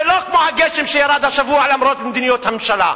זה לא הגשם שירד השבוע למרות מדיניות הממשלה.